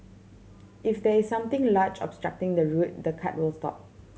if there is something large obstructing the route the cart will stop